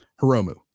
Hiromu